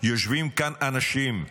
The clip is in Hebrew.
יושבים כאן אנשים לאומיים,